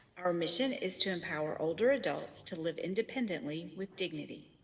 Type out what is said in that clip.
our mission is to empower older adults to live independently with dignity